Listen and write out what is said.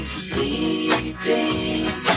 sleeping